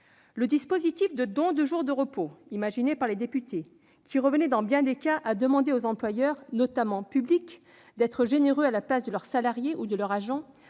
Le dispositif de don de jours de repos imaginé par les députés, qui revenait dans bien des cas à demander aux employeurs, notamment publics, d'être généreux à la place de leurs salariés ou de leurs agents,